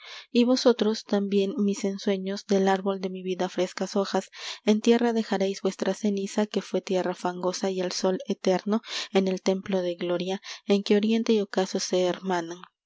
y vosotros también mis ensueños del árbol de mi vida frescas hojas en tierra dejaréis vuestra ceniza que fué tierra fangosa y al sol eterno en el templo de gloria en que oriente y ocaso se hermanan